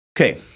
Okay